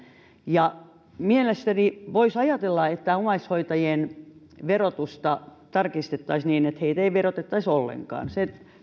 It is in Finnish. mielestäni voisi ajatella että omaishoitajien verotusta tarkistettaisiin niin että heitä ei verotettaisi ollenkaan se